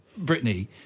Britney